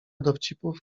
dowcipów